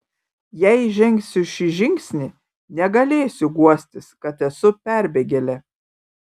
jei žengsiu šį žingsnį negalėsiu guostis kad esu perbėgėlė